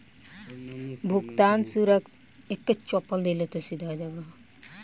भुगतान सुरक्षा बीमा आदमी के उधार के चुकावे के लायक बनावेला